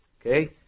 okay